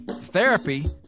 Therapy